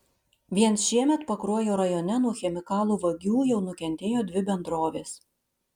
vien šiemet pakruojo rajone nuo chemikalų vagių jau nukentėjo dvi bendrovės